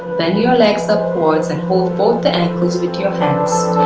bend your leg upwards and hold both the ankles with your hands.